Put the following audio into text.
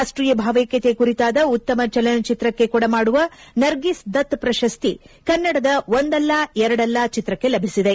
ರಾಷ್ಟೀಯ ಭಾವೈಕ್ಯತೆ ಕುರಿತಾದ ಉತ್ತಮ ಚಲನಚಿತ್ರಕ್ಕೆ ಕೊಡಮಾಡುವ ನರ್ಗಿಸ್ ದತ್ ಪ್ರಶಸ್ತಿ ಕನ್ನಡದ ಒಂದಲ್ಲ ಎರಡಲ್ಲ ಚಿತ್ರಕ್ಕೆ ಲಭಿಸಿದೆ